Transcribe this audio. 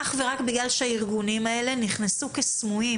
אך ורק בגלל שהארגונים האלה נכנסו כסמויים